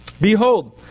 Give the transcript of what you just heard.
Behold